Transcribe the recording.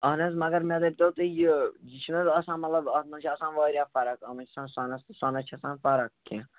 اَہن حظ مگر مےٚ دٔپۍ تَو تُہۍ یہِ یہِ چھِ نہ حظ آسان مطلب اتھ منٛز چھِ آسان واریاہ فرق اَتھ منٛز چھِ آسان سۄنَس تہٕ سۄنَس چھِ آسان فرق کیٚنہہ